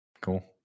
cool